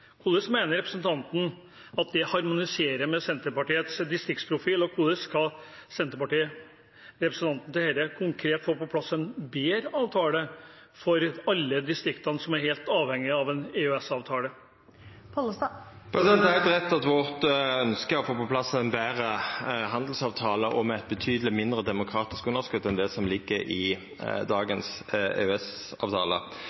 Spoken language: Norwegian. Hvordan mener representanten at det harmoniserer med Senterpartiets distriktsprofil, og hvordan skal Senterpartiet konkret få på plass en bedre avtale for alle distriktene som er helt avhengige av en EØS-avtale? Det er heilt rett at ønsket vårt er å få på plass ein betre handelsavtale og med eit betydeleg mindre demokratisk underskot enn det som ligg i